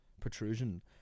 protrusion